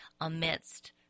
amidst